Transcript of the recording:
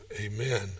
amen